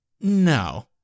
no